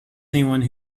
anyone